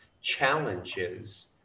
challenges